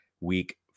week